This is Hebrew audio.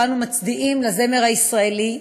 שבו אנו מצדיעים לזמר הישראלי,